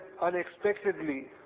unexpectedly